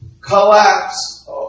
collapse